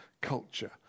culture